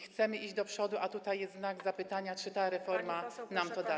Chcemy iść do przodu, a tutaj jest znak zapytania, czy ta reforma nam to da.